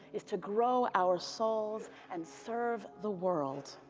is to grow our souls and serve the world.